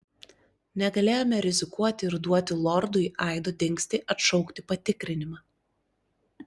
negalėjome rizikuoti ir duoti lordui aido dingstį atšaukti patikrinimą